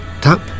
Tap